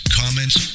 comments